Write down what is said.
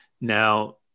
Now